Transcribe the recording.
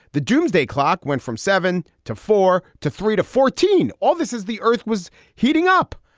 the doomsday clock went from seven to four to three to fourteen. all this as the earth was heating up.